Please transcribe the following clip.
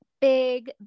big